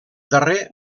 darrer